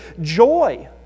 joy